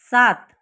सात